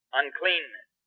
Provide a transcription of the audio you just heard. uncleanness